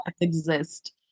exist